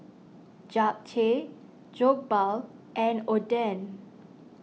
Japchae Jokbal and Oden